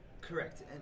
Correct